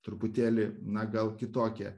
truputėlį na gal kitokie